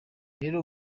rero